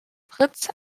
fritz